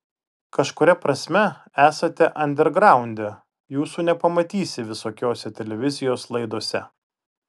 kažkuria prasme esate andergraunde jūsų nepamatysi visokiose televizijos laidose